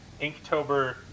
Inktober